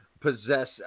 possess